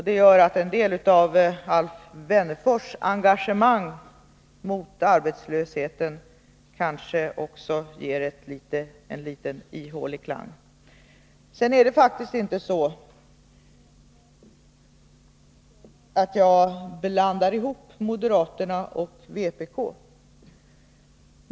Det gör att en del av det Alf Wennerfors sade om sitt engagemang för arbetslöshetsfrågorna får en något ihålig klang. Sedan vill jag säga att jag faktiskt inte blandar ihop moderaterna och vpk.